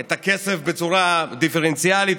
את הכסף בצורה דיפרנציאלית,